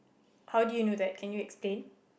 how do you know that can you explain